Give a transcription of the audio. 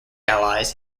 allies